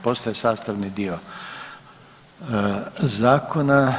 Postaje sastavni dio zakona.